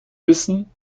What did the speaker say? wissen